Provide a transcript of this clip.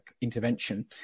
Intervention